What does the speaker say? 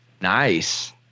nice